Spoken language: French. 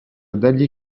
daly